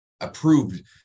approved